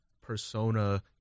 persona